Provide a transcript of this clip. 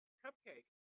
cupcake